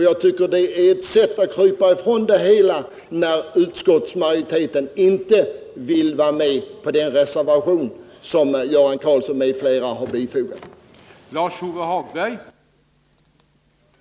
Jag tycker att utskottsmajoriteten kryper undan sitt ansvar när man inte vill vara med på den reservation som Göran Karlsson m.fl. har fogat till utskottsbetänkandet.